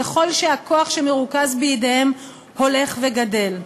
ככל שהכוח שמרוכז בידיהם הולך וגדל,